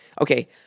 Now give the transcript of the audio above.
okay